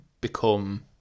become